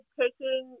taking